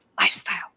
Lifestyle